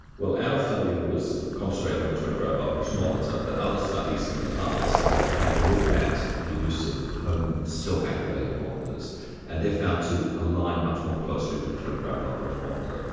well our study was concentrating on the twenty four hour blood pressure monitor but other studies in the past have looked at the use of home self-activated monitors and they are found to align much more closely with the twenty four hour blood pressure monitor.